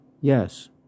Yes